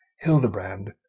Hildebrand